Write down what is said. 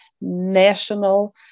national